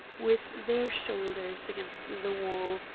with their shoulders against the wall,